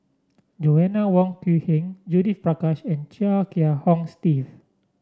Joanna Wong Quee Heng Judith Prakash and Chia Kiah Hong Steve